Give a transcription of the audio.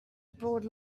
broad